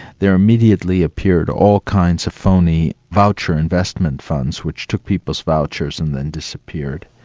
there immediately appeared all kinds of phoney voucher investment funds, which took people's vouchers and then disappeared.